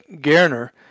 Garner